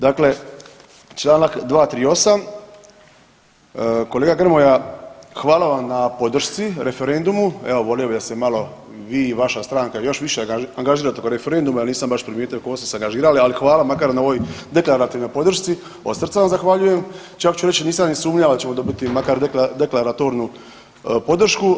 Dakle, čl. 238. kolega Grmoja hvala vam na podršci referendumu, evo volio bih da se malo vi i vaša stranka još više angažirate oko referenduma jel nisam baš primijetio … angažirali ali hvala makar na ovoj deklarativnoj podršci od srca vam zahvaljujem, čak ću reći nisam ni sumnjao da ćemo dobiti makar deklaratornu podršku.